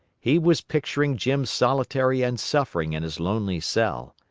he was picturing jim solitary and suffering in his lonely cell.